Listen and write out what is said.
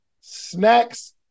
snacks